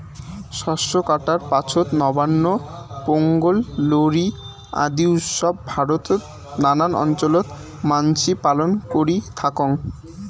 শস্য কাটার পাছত নবান্ন, পোঙ্গল, লোরী আদি উৎসব ভারতত নানান অঞ্চলত মানসি পালন করি থাকং